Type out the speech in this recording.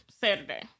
Saturday